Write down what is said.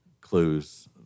clues